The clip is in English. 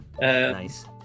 Nice